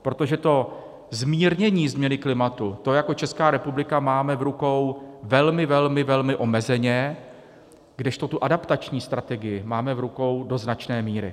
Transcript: Protože to zmírnění změny klimatu, to jako Česká republika máme v rukou velmi, velmi, velmi omezeně, kdežto tu adaptační strategii máme v rukou do značné míry.